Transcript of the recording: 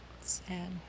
Sad